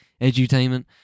edutainment